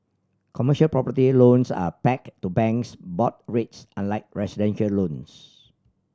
commercial property loans are pegged to banks' board rates unlike residential loans